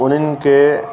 उन्हनि खे